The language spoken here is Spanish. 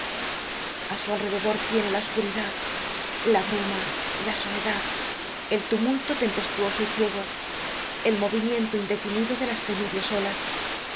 a su alrededor tiene la oscuridad la bruma la soledad el tumulto tempestuoso y ciego el movimiento indefinido de las temibles olas